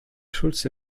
schulze